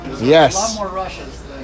Yes